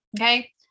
okay